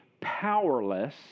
powerless